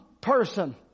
person